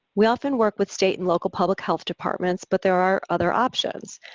we often work with state and local public health departments, but there are other options.